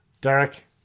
Derek